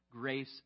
grace